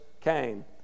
came